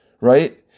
right